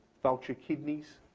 vulture kidneys.